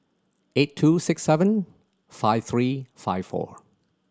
eight two six seven five three five four